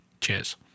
Cheers